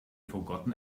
forgotten